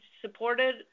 supported